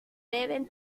deben